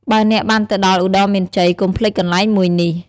បើអ្នកបានទៅដល់ឧត្តរមានជ័យ កំុភ្លេចកន្លែងមួយនេះ។